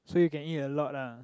so you can eat a lot lah